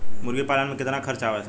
मुर्गी पालन में कितना खर्च आ सकेला?